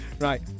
Right